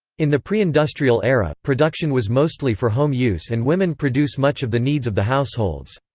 in the preindustrial era, production was mostly for home use and women produce much of the needs of the households.